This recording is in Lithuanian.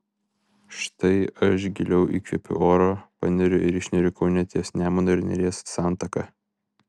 štai aš giliau įkvepiu oro paneriu ir išneriu kaune ties nemuno ir neries santaka